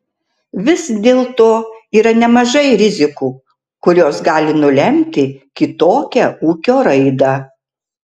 vis dėlto yra nemažai rizikų kurios gali nulemti kitokią ūkio raidą